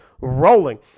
rolling